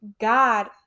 God